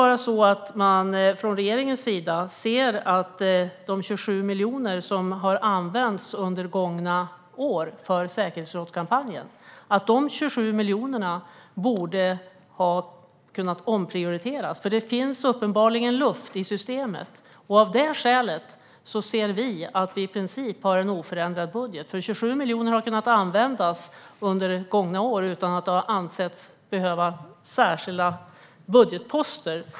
Regeringen borde ha sett att de 27 miljoner som har använts under gångna år för säkerhetsrådskampanjen kunde ha omprioriterats. Det finns uppenbarligen luft i systemet. Av det skälet har Centerpartiet i princip en oförändrad budget. 27 miljoner har kunnat användas under gångna år utan att det har behövts särskilda budgetposter.